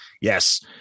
Yes